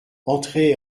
entrez